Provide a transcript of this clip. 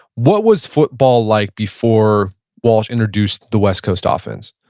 what was football like before walsh introduced the west coast offense?